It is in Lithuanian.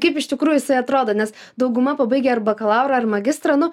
kaip iš tikrųjų jisai atrodo nes dauguma pabaigę ar bakalauro ar magistrą nu